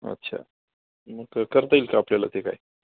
अच्छा मग करता येईल का आपल्याला ते काय